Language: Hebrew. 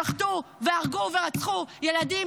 שחטו והרגו ורצחו ילדים,